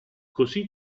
così